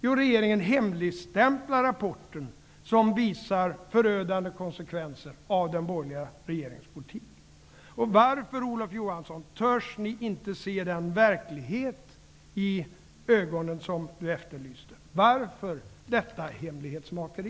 Jo, regeringen hemligstämplar den rapport som visar de förödande konsekvenserna av den borgerliga regeringens politik. Varför, Olof Johansson, törs ni inte att -- som Olof Johansson efterlyste -- se denna verklighet i ögonen? Varför detta hemlighetsmakeri?